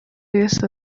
yesu